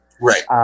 right